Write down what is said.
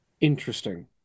interesting